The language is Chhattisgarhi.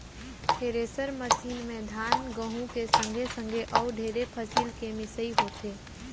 थेरेसर मसीन में धान, गहूँ के संघे संघे अउ ढेरे फसिल के मिसई होथे